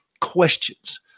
questions